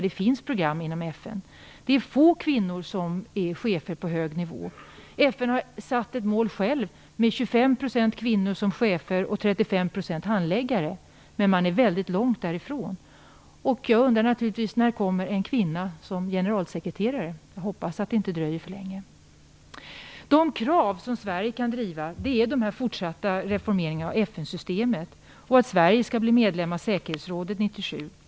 Det finns program för detta inom FN, men det finns få kvinnliga chefer på hög nivå. FN har satt upp som mål att 25 % av cheferna och 35 % av handläggarna skall vara kvinnor. Man är dock väldigt långt därifrån. Jag undrar naturligtvis när det kommer en kvinna som generalsekreterare. Jag hoppas att det inte dröjer alltför länge. Till de krav som Sverige kan driva hör en fortsatt reformering av FN-systemet, och att vi skall bli medlem av säkerhetsrådet 1997.